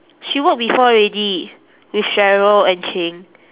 she work before already with cheryl and ching